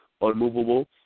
unmovable